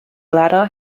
latter